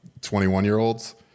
21-year-olds